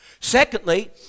Secondly